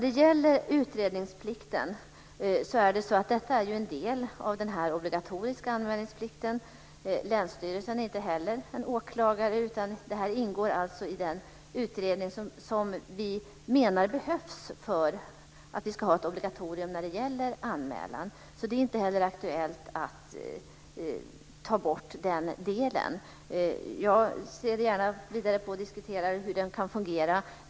Detta med utredningsplikten är en del av den obligatoriska anmälningsplikten. Länsstyrelsen är inte heller en åklagare, utan det här ingår i den utredning som vi menar behövs för att vi ska ha ett obligatorium när det gäller anmälan. Det är således inte heller aktuellt att ta bort den delen. Jag ser gärna vidare på och diskuterar också hur den kan fungera.